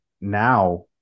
now